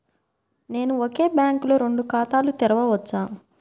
నేను ఒకే బ్యాంకులో రెండు ఖాతాలు తెరవవచ్చా?